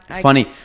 Funny